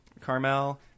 Carmel